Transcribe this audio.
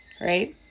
right